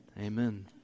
Amen